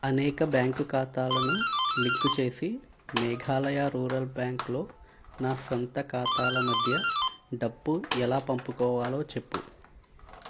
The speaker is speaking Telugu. అనేక బ్యాంకు ఖాతాలను లింకు చేసి మేఘాలయ రూరల్ బ్యాంక్లో నా స్వంత ఖాతాల మధ్య డబ్బు ఎలా పంపుకోవాలో చెప్పు